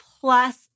plus